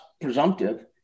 presumptive